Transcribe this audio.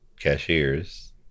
cashiers